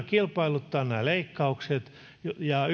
kilpailuttaa nämä leikkaukset ja